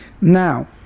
now